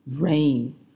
rain